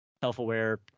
self-aware